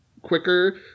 quicker